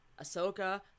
Ahsoka